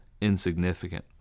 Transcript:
insignificant